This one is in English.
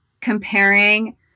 comparing